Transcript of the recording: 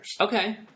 Okay